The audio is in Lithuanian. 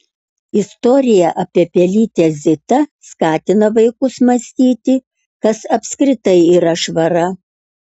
istorija apie pelytę zitą skatina vaikus mąstyti kas apskritai yra švara